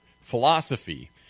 philosophy